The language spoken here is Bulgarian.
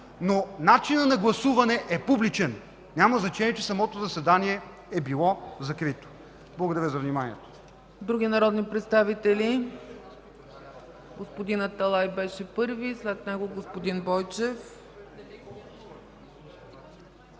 но начинът на гласуване е публичен, няма значение, че самото заседание е било закрито. Благодаря за вниманието. ПРЕДСЕДАТЕЛ ЦЕЦКА ЦАЧЕВА: Други народни представители? Господин Аталай е първи, след него господин Бойчев.